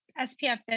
SPF